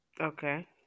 Okay